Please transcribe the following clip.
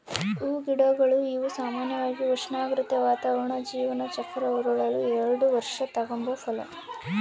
ಹೂಗಿಡಗಳು ಇವು ಸಾಮಾನ್ಯವಾಗಿ ಉಷ್ಣಾಗ್ರತೆ, ವಾತಾವರಣ ಜೀವನ ಚಕ್ರ ಉರುಳಲು ಎಲ್ಡು ವರ್ಷ ತಗಂಬೋ ಫಲ